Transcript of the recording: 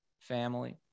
family